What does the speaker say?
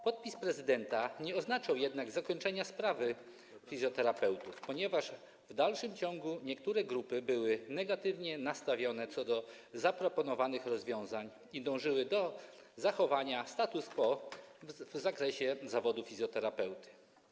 Podpis prezydenta nie oznaczał jednak zakończenia sprawy fizjoterapeutów, ponieważ w dalszym ciągu niektóre grupy były negatywnie nastawione do zaproponowanych rozwiązań i dążyły do zachowania status quo w zakresie zawodu fizjoterapeuty.